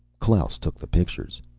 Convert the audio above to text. klaus took the pictures.